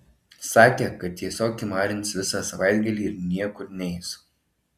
sakė kad tiesiog kimarins visą savaitgalį ir niekur neis